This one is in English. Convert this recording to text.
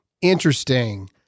interesting